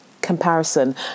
comparison